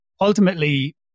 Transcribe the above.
ultimately